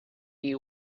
you